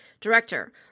director